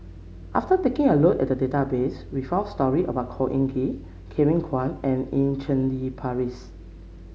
after taking a look at the database we found story about Khor Ean Ghee Kevin Kwan and Eu Cheng Li Phyllis